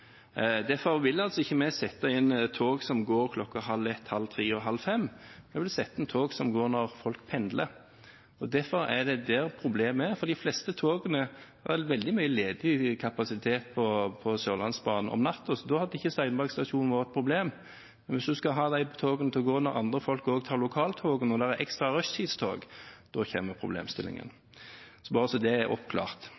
Derfor vil altså ikke vi sette inn tog som går kl. 00.30, kl. 02.30 og kl. 04.30 – vi vil sette inn tog som går når folk pendler. Derfor er det der problemet er. De fleste togene har veldig mye ledig kapasitet på Sørlandsbanen om natten, så da hadde ikke Steinberg stasjon vært et problem. Men hvis en skal ha de togene til å gå når andre folk også tar lokaltogene, når det er ekstra rushtidstog, da